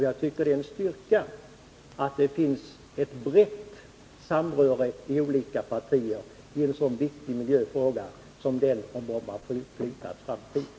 Jag tycker att det är en styrka att det finns ett brett samröre mellan olika partier i en så viktig miljöfråga som den om framtiden för Bromma flygplats.